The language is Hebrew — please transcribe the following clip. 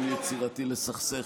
אנשים ממתינים, ואתה מנהל שיח,